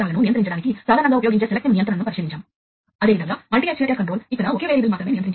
పారిశ్రామిక ఆటోమేషన్ ఇది ఒక రకమైన క్లిష్టమైన కంప్యూటింగ్ మరియు ఇది ఇక్కడ అవసరం అని